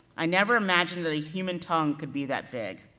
i never imagined that a human tongue could be that big.